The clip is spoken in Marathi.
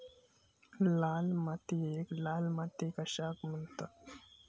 लाल मातीयेक लाल माती कशाक म्हणतत?